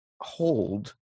hold